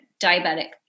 diabetic